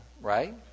right